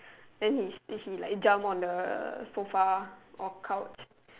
and he teach me like jump on the sofa or couch